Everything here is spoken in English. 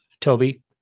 Toby